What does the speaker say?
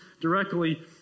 directly